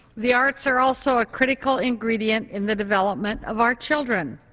the arts are also a critical ingredient in the development of our children.